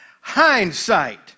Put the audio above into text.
Hindsight